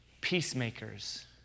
Peacemakers